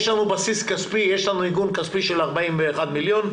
יש לנו בסיס כספי, יש עיגון כספי של 41 מיליון,